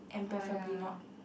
oh ya